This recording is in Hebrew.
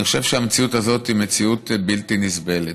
אני חושב שהמציאות הזאת היא מציאות בלתי נסבלת,